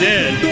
Dead